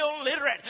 illiterate